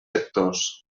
sectors